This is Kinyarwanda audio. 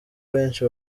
benshi